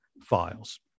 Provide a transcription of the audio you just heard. files